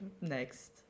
next